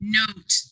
note